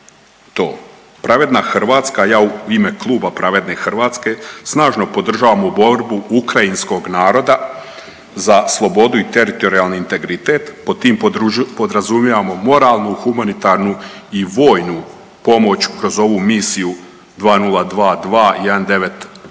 Pravedna Hrvatska, ja u ime Kluba Pravedne Hrvatske snažno podržavamo borbu ukrajinskog naroda za slobodu i teritorijalni integritet, po tim podrazumijevamo moralnu, humanitarnu i vojnu pomoć kroz ovu misiju 20221968.